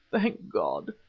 thank god!